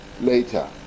later